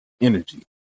energy